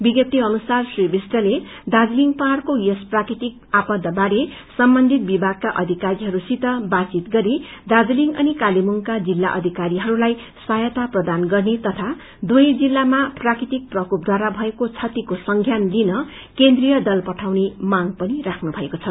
विज्ञपी अनुसार श्री विष्टले दार्जीलिङ पहाइको यस प्राकृतिक आपदाबारे सम्बन्धित विभागका अधिकारीहरूसित बातचीत गरी दार्जीलिङ अनि कालेबुङको जिल्ला अधिकारीहरूलाई सहायता प्रदान गर्ने तथा दुवै जिल्लामा प्राकृति प्रकोपद्वारा भएको क्षतिको संजान लिन केन्द्रीय दल पठाउने मांग पनि राख्नुमएको छ